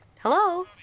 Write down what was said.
Hello